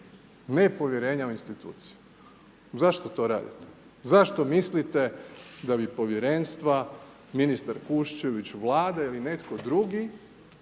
Nepovjerenja u institucije. Zašto to radite? Zašto mislite da bi povjerenstva, ministar Kuščević Vlade ili netko drugi,